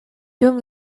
dum